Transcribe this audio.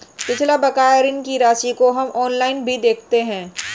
पिछला बकाया ऋण की राशि को हम ऑनलाइन भी देखता